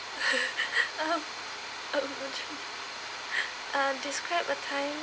um uh describe a time